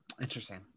interesting